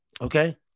Okay